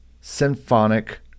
Symphonic